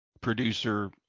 producer